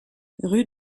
rue